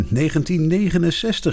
1969